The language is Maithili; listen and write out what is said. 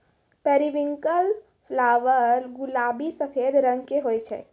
पेरीविंकल फ्लावर गुलाबी सफेद रंग के हुवै छै